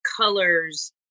colors